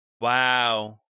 Wow